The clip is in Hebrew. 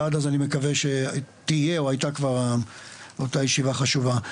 ועד אז אני מקווה שתהיה או הייתה כבר אותה ישיבה חשובה.